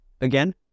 again